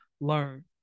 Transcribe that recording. learn